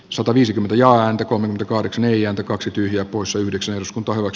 sataviisikymmentä ja häntä kovinkaan ei ota kaksi tyhjää poissa yhdeksän osku torro s